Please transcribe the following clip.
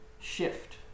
Shift